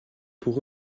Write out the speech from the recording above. pour